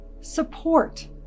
support